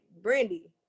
Brandy